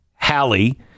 Hallie